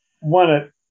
one